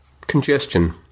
Congestion